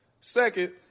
Second